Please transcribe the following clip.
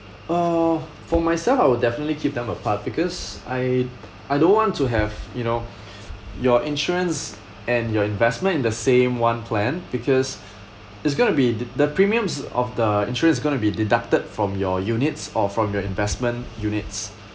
uh for myself I will definitely keep them apart because I I don't want to have you know your insurance and your investment in the same one plan because it's going to be the the premiums of the insurance is going to be deducted from your units or from your investment units